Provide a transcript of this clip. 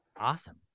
Awesome